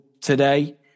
today